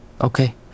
Okay